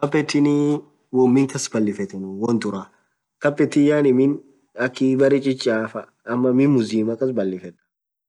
Carpet niiin won miin kass balifthenu won dhura carpetin yaani miin akhii berre chichafaa ama miin mzimaa kass balifethen